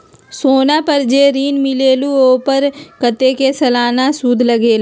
सोना पर जे ऋन मिलेलु ओपर कतेक के सालाना सुद लगेल?